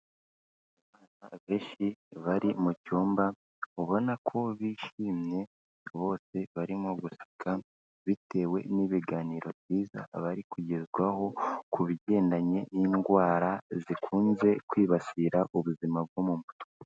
Abeshi bari mu cyumba, ubona ko bishimye, bose barimo guseka bitewe n'ibiganiro byiza bari kugezwaho ku bigendanye n'indwara zikunze kwibasira ubuzima bwo mu mutwe.